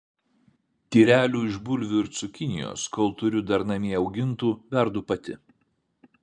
tyrelių iš bulvių ir cukinijos kol turiu dar namie augintų verdu pati